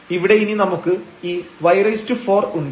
ഇവിടെ ഇനി നമുക്ക് ഈ y4 ഉണ്ട്